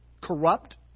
corrupt